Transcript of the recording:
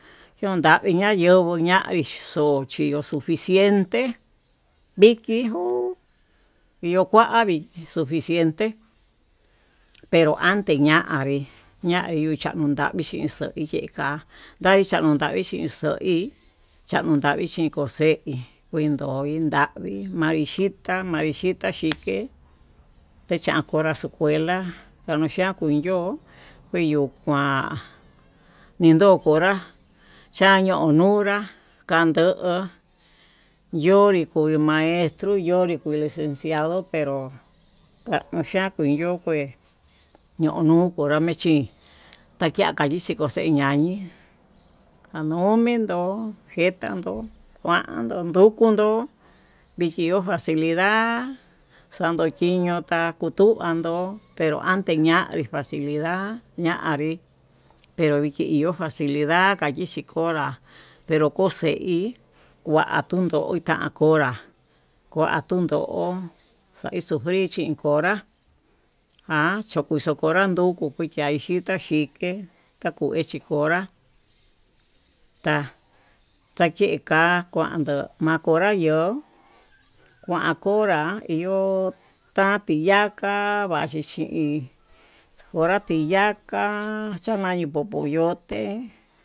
Xondavi nayenguo mayegui xhí, yo'o sugiente vikii yu'u yo kuavi sufiente pero ante ñanrí ñavii chin chakundavi chon keiká navi chakundavi chixoí, chakundavi chikoxeí kuindo ndavii ma'aixhita ma'íxhita vike tichankonra escuela, kanoxhian kuiyo ke yuu kuan ninon konra xhanio nunrá kando'o ynri koi maestro yonri kuu licenciado ka'a pero kanxhian ke yo kue, ñonu'o konra mechí taxhia kaxe'e koxhe ñanii kanumin ndo'o chí ketandó kuando nrukudó vichí ho falicidad xakunduñio ta kuu kuandó pero ante ñanri facilida ña'anrí peri vi iho facida ka'ayixhi konrá, pero kuxei kuan tundo kuaikonrá kua tundo kua sufrir xhin konrá ha chukuchu konra ndukio kuiya'a, ahi chita xhike tai chikonrá ta takekua kuandó mokonra yo'o kuan kobra iho ta'a tiyaka vaxhi xhin konra tiyaka chamayu kopoyote.